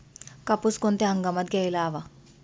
कापूस कोणत्या हंगामात घ्यायला हवा?